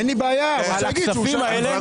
אין לי בעיה, אבל שיגיד שהוא שייך, הכל בסדר.